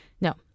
No